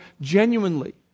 genuinely